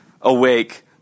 awake